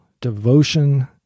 devotion